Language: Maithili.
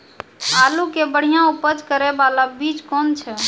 आलू के बढ़िया उपज करे बाला बीज कौन छ?